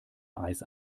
eis